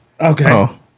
Okay